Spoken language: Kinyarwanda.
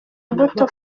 imbuto